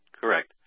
correct